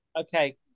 Okay